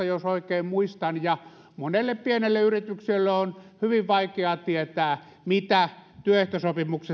jos oikein muistan ja monelle pienelle yritykselle on hyvin vaikea tietää missä työehtosopimus